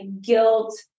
guilt